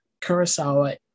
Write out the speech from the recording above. Kurosawa